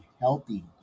healthy